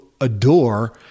adore